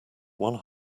one